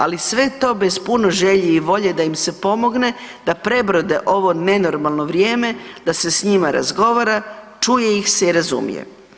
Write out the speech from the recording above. Ali sve to bez puno želje i volje da im se pomogne da prebrode ovo nenormalno vrijeme, da se s njima razgovara, čuje ih se i razumije.